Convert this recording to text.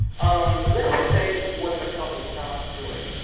um let me just say what vattel is not doing.